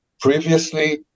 previously